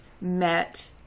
met